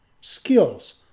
skills